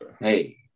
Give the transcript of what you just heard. Hey